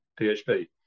PHP